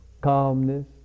calmness